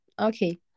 Okay